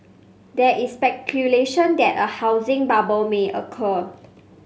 there is speculation that a housing bubble may occur